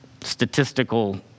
statistical